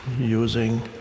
using